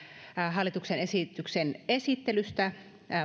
hallituksen esityksen esittelystä